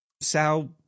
Sao